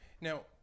Now